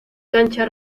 cancha